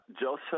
Joseph